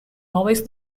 always